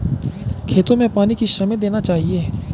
खेतों में पानी किस समय देना चाहिए?